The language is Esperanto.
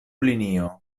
linio